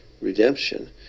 redemption